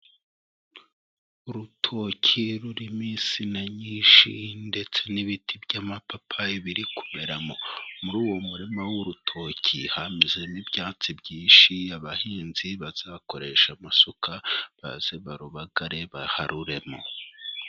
Urutoki rurimo insina nyinshi ndetse n'ibiti by'amapapayi biri kumeramo, muri uwo murima w'urutoki hamezemo ibyatsi byinshi, abahinzi bazakoresha amasuka baze barubagare baharuremo.